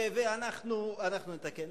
ואנחנו נתקן.